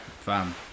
fam